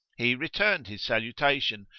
he returned his salutation,